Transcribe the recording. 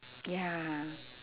ya